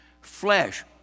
Flesh